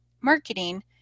marketing